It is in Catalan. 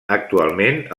actualment